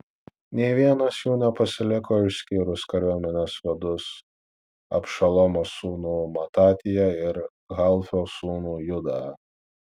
nė vienas jų nepasiliko išskyrus kariuomenės vadus abšalomo sūnų matatiją ir halfio sūnų judą